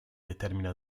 determina